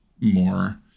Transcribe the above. more